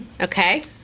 Okay